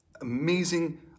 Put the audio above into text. amazing